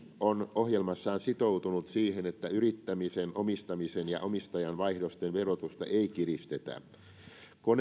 on ohjelmassaan sitoutunut siihen että yrittämisen omistamisen ja omistajanvaihdosten verotusta ei kiristetä kone